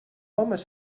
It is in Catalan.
homes